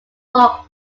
pork